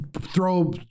Throw